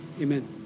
amen